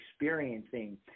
experiencing